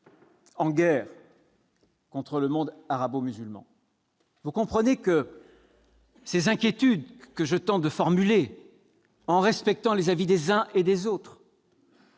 en guerre contre le monde arabo-musulman ? Ces inquiétudes que je tente de formuler, en respectant les avis des uns et des autres,